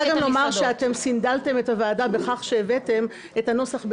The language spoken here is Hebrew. מבטיחים לאשר --- שהצווים לא ינוסחו